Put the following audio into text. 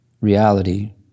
reality